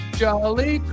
jolly